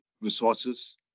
resources